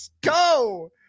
go